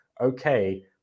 okay